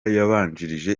yabanjirije